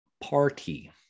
party